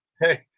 Hey